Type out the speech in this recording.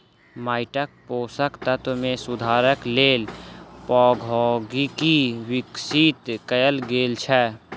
माइटक पोषक तत्व मे सुधारक लेल प्रौद्योगिकी विकसित कयल गेल छै